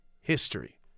history